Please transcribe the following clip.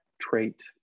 trait